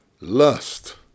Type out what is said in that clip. lust